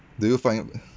do you find